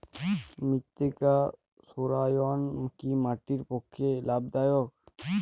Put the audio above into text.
মৃত্তিকা সৌরায়ন কি মাটির পক্ষে লাভদায়ক?